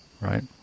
right